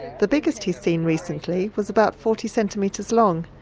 the biggest he's seen recently was about forty centimetres long,